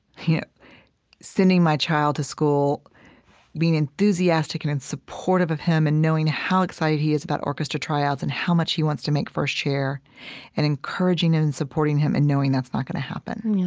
sending my child to school being enthusiastic and and supportive of him and knowing how excited he is about orchestra tryouts and how much he wants to make first chair and encouraging him and supporting him and knowing that's not going to happen.